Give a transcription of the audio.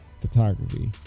photography